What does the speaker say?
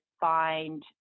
find